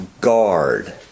guard